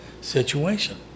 situation